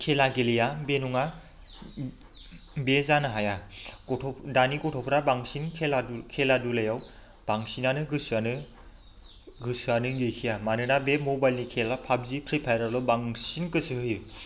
खेला गेलेया बे नङा बे जानो हाया दानि गथ'फोरा बांसिन खेला खेला दुलायाव बांसिनानो गोसोआनो गोसोआनो गैखाया मानोना बे मबाइलनि खेला पाबजि फ्रिफायारावल' बांसिन गोसो होयो